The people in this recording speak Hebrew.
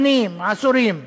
שנים, עשורים.